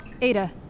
Ada